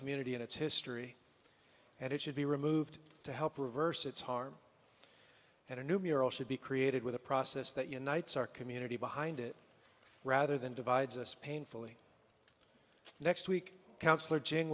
community and its history and it should be removed to help reverse its harm that a new bureau should be created with a process that unites our community behind it rather than divides us painfully next week councillor j